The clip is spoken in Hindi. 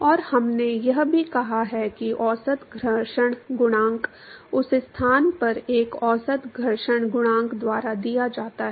और हमने यह भी कहा है कि औसत घर्षण गुणांक उस स्थान पर एक औसत घर्षण गुणांक द्वारा दिया जाता है